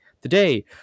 Today